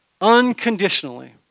Unconditionally